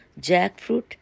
jackfruit